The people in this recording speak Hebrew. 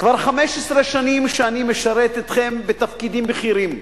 כבר 15 שנים שאני משרת אתכם בתפקידים בכירים,